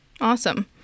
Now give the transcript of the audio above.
Awesome